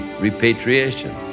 repatriation